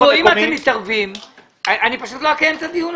אתם מתערבים, אני פשוט לא אקיים את הדיון.